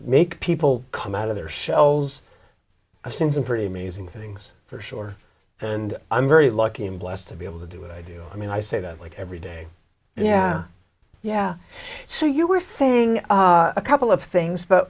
make people come out of their shells i've seen some pretty amazing things for sure and i'm very lucky i'm blessed to be able to do what i do i mean i say that like every day yeah yeah so you were saying a couple of things but